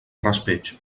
raspeig